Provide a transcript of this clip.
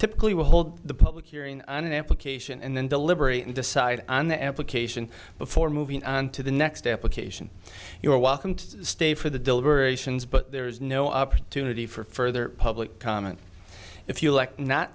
typically will hold the public hearing an application and then deliberate and decide on the application before moving on to the next application you are welcome to stay for the deliberations but there is no opportunity for further public comment if you elect not